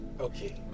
Okay